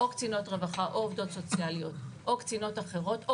או קצינות רווחה או עובדות סוציאליות או קצינות אחרות או